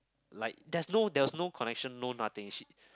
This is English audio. like there's no there's no connection no nothing she